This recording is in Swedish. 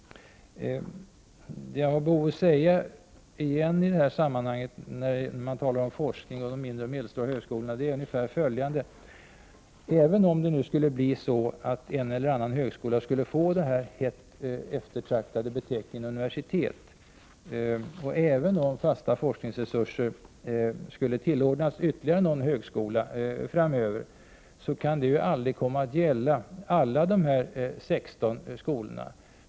Jag har behov av att återigen säga i det här sammanhanget när man talar om forskning vid de mindre och medelstora högskolorna att det, även om en eller annan högskola skulle få den eftertraktade beteckningen universitet och även om fasta forskningsresurser skulle tillordnas ytterligare någon högskola framöver, ju aldrig kan komma att gälla alla de 16 skolorna.